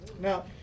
Now